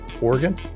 Oregon